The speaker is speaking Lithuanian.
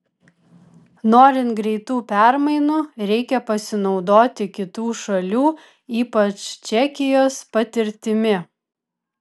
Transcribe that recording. norint greitų permainų reikia pasinaudoti kitų šalių ypač čekijos patirtimi